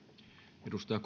arvoisa